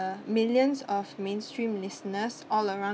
uh millions of mainstream listeners all around